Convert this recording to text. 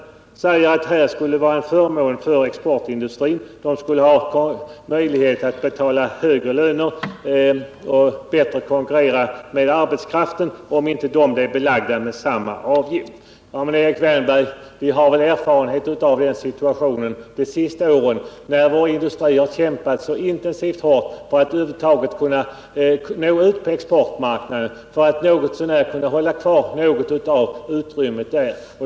Han säger att det skulle vara en förmån för exportindustrin, som skulle få möjlighet att betala högre löner och bättre kunna konkurrera om arbetskraften, om den inte blev belagd med samma avgift. Men, Erik Wärnberg, vi har haft väl erfarenhet av denna situation under de senaste åren, då vår industri kämpat så intensivt och hårt för att över huvud taget kunna nå ut på exportmarknaden och där kunna hålla kvar något av utrymmet.